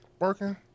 working